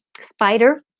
spider